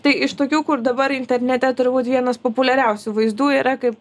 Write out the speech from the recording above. tai iš tokių kur dabar internete turbūt vienas populiariausių vaizdų yra kaip